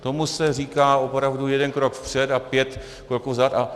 Tomu se říká opravdu jeden krok vpřed a pět kroků vzad.